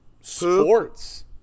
sports